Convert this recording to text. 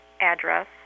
address